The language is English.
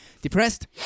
Depressed